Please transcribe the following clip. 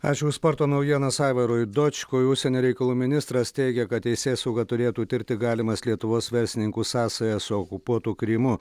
ačiū už sporto naujienas aivarui dočkui užsienio reikalų ministras teigia kad teisėsauga turėtų tirti galimas lietuvos verslininkų sąsajas su okupuotu krymu